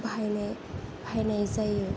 बाहायनो बाहाय